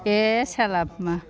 ए साला मा